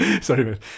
sorry